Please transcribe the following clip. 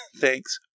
Thanks